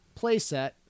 playset